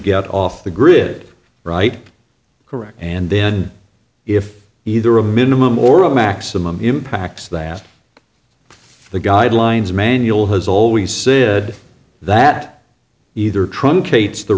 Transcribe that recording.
get off the grid right correct and then if either a minimum or a maximum impacts that the guidelines manual has always said that either t